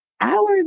hours